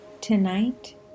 Tonight